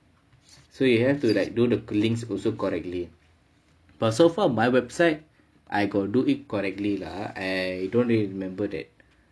so you have to like do the codings also correctly but so far my website I got do it correctly lah I don't really remember that